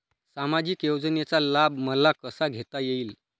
सामाजिक योजनेचा लाभ मला कसा घेता येईल?